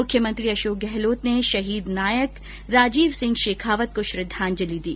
मुख्यमंत्री अशोक गहलोत ने शहीद नायक राजीव सिंह शेखावत को श्रद्वांजलि दी